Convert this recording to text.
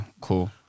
cool